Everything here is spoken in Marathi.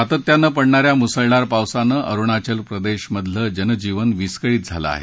सातत्यानं पडणा या मुसळधार पावसानं अरुणाचल प्रदेशमधलं जनजीवन विस्कळीत झालं आहे